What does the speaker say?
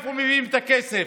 מאיפה מביאים את הכסף?